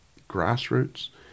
grassroots